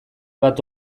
bat